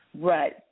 right